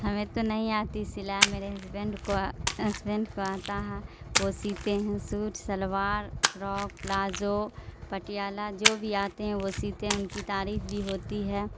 ہمیں تو نہیں آتی سلائی میرے ہسبینڈ کو ہسبینڈ کو آتا ہے وہ سیتے ہیں suit salwar frock palazzo Patiala جو بھی آتے ہیں وہ سیتے ہیں ان کی تعریف بھی ہوتی ہے